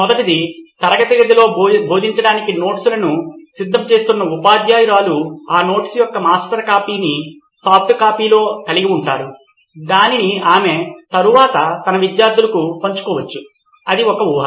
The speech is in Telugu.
మొదటిది తరగతిలో బోధించడానికి నోట్స్లను సిద్ధం చేస్తున్న ఉపాధ్యాయురాలు ఆ నోట్స్ యొక్క మాస్టర్ కాపీని సాఫ్ట్ కాపీలో కలిగి ఉంటారు దానిని ఆమె తరువాత తన విద్యార్థులకు పంచుకోవచ్చు అది ఒక ఊహ